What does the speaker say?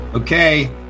Okay